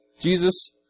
Jesus